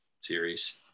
series